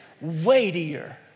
weightier